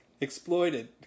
exploited